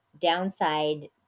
downside